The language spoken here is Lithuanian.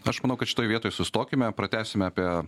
aš manau kad šitoj vietoj sustokime pratęsime apie